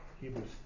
Hebrews